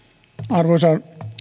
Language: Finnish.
arvoisa